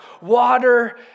water